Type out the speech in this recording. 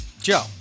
Joe